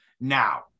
now